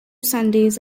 sundays